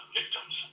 victims